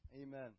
Amen